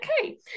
Okay